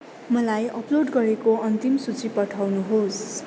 मलाई अपलोड गरेको अन्तिम सूची पठाउनुहोस्